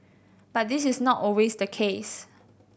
but this is not always the case